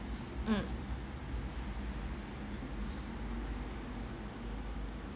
mm